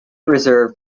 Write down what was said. reserve